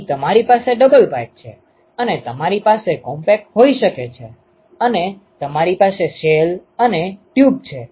તેથી તમારી પાસે ડબલ પાઇપ છે અને તમારી પાસે કોમ્પેક્ટ હોઈ શકે છે અને તમારી પાસે શેલ અને ટ્યુબ છે